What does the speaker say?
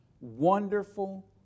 wonderful